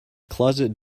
closet